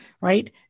right